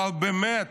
אבל באמת,